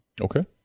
Okay